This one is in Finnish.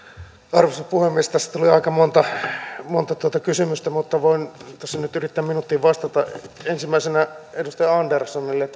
arvoisa puhemies tässä tuli aika monta monta kysymystä mutta voin tässä nyt yrittää minuutissa vastata ensimmäisenä edustaja anderssonille